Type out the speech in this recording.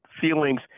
feelings